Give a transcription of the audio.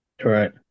Right